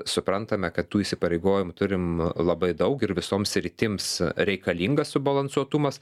suprantame kad tų įsipareigojimų turim labai daug ir visoms sritims reikalinga subalansuotumas